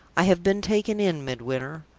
i have been taken in, midwinter.